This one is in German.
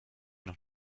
doch